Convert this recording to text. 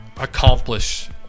accomplish